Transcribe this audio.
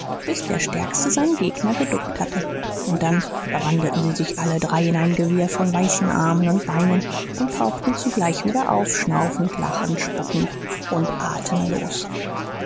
bis der stärkste seinen gegner geduckt hatte und dann verwandelten sie sich alle drei in ein gewirr von weißen armen und beinen und tauchten zugleich wieder auf schnaufend lachend spuckend und atemlos